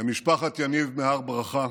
למשפחת יניב מהר ברכה